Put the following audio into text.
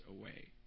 away